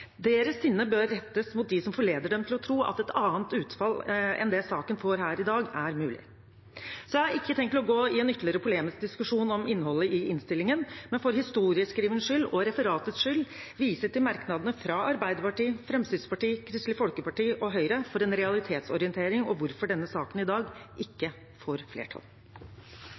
Deres sinne bør rettes mot dem som forleder dem til å tro at et annet utfall enn det saken får her i dag, er mulig. Da har jeg ikke tenkt å gå i en ytterligere polemisk diskusjon om innholdet i innstillingen, men vil for historieskrivningens skyld og referatets skyld vise til merknadene fra Arbeiderpartiet, Fremskrittspartiet, Kristelig Folkeparti og Høyre for en realitetsorientering om hvorfor denne saken i dag ikke får flertall.